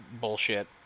bullshit